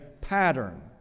pattern